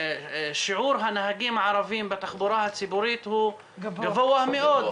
ששיעור הנהגים הערבים בתחבורה הציבורית הוא גבוה מאוד,